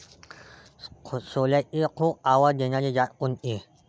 सोल्याची खूप आवक देनारी जात कोनची?